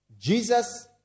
Jesus